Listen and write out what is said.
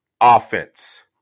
offense